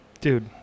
dude